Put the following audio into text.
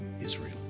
Israel